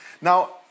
Now